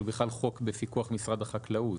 זה בכלל חוק בפיקוח משרד החקלאות.